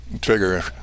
Trigger